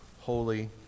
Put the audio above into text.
holy